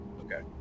Okay